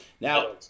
Now